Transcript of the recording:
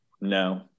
No